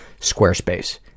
Squarespace